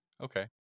Okay